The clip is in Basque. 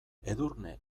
edurne